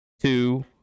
two